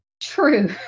True